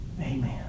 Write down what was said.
Amen